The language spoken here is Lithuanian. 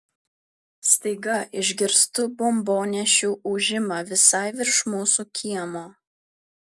staiga išgirstu bombonešių ūžimą visai virš mūsų kiemo